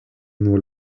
nuo